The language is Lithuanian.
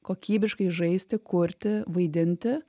kokybiškai žaisti kurti vaidinti